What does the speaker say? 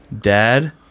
Dad